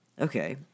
Okay